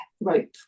rope